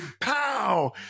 pow